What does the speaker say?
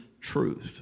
truth